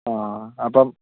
ആ അപ്പം